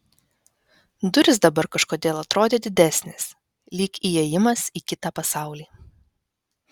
durys dabar kažkodėl atrodė didesnės lyg įėjimas į kitą pasaulį